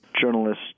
journalists